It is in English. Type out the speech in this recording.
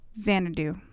Xanadu